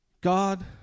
God